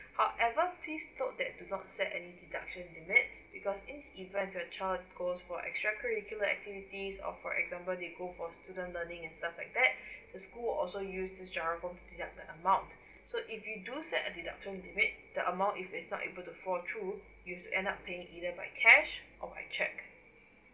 however please note that do not set any deduction limit because in the event your child goes for extra curriculum activities or for example they go for student learning and stuff like that the school will also use this GIRO to deduct the amount so if you do set a deduction limit the amount if is not able to flow through you have to end up paying either by cash or by cheque